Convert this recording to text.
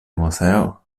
moseo